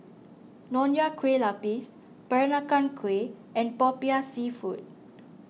Nonya Kueh Lapis Peranakan Kueh and Popiah Seafood